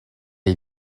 est